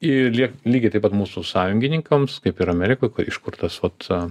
ir liek lygiai taip pat mūsų sąjungininkams kaip ir amerikoj iš kur tas vat